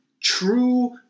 true